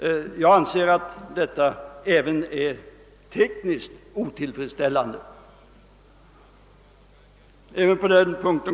Jag anser att detta är otillfredsställande även ur teknisk synpunkt.